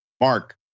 Mark